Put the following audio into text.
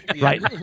right